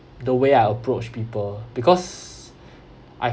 the way I approach people because I've